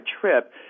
trip